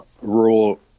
rural